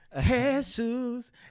Jesus